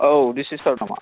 औ डि सि सार नामा